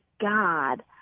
God